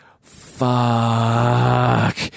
fuck